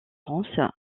france